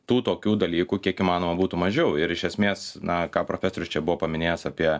tų tokių dalykų kiek įmanoma būtų mažiau ir iš esmės na ką profesorius čia buvo paminėjęs apie